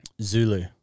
Zulu